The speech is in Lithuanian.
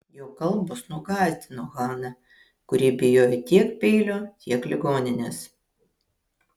jo kalbos nugąsdino haną kuri bijojo tiek peilio tiek ligoninės